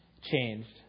changed